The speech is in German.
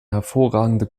hervorragende